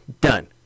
Done